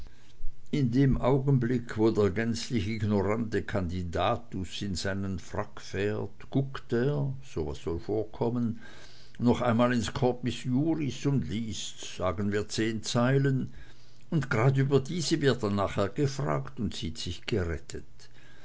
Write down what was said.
in dem augenblick wo der gänzlich ignorante kandidatus in seinen frack fährt guckt er so was soll vorkommen noch einmal ins corpus juris und liest sagen wir zehn zeilen und gerad über diese wird er nachher gefragt und sieht sich gerettet